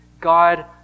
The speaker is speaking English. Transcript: God